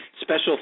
special